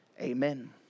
Amen